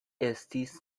estis